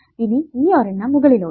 ഇനി ഈ ഒരെണ്ണം മുകളിലോട്ടും